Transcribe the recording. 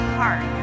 heart